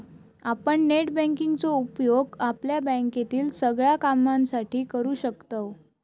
आपण net banking चो उपयोग आपल्या बँकेतील सगळ्या कामांसाठी करू शकतव